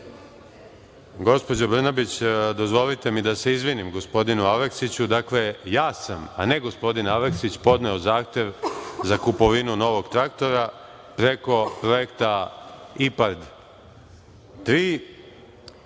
Gospođo Brnabić, dozvolite mi da se izvinim gospodinu Aleksiću. Dakle, ja sam, a ne gospodin Aleksić, podneo zahtev za kupovinu novog traktora preko projekta IPARD 3,